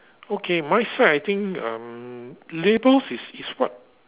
okay my side I think um labels is is what